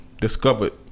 discovered